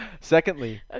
Secondly